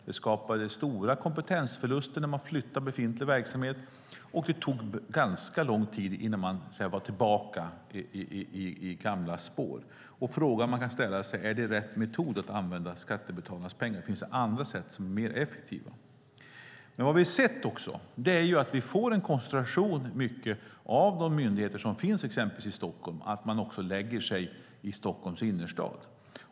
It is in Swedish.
Det skapade stora kompetensförluster när man flyttade befintlig verksamhet, och det tog ganska lång tid innan man var tillbaka i gamla spår. Frågan man kan ställa sig är om det är rätt sätt att använda skattebetalarnas pengar, eller om det finns andra sätt som är mer effektiva. Vad vi också har sett är att de myndigheter som finns exempelvis i Stockholm koncentreras till innerstaden.